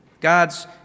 God's